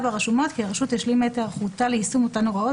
ברשומות כי הרשות השלימה את היערכותה ליישום אותן הוראות,